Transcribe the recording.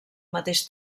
mateix